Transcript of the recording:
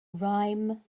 rhyme